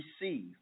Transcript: receive